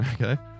Okay